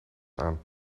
aan